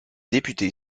député